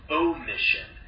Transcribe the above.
omission